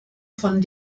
von